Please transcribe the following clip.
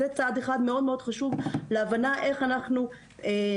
זה צעד אחד מאוד מאוד חשוב להבנה איך אנחנו מטפלים